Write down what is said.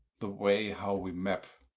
the way how we map